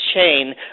chain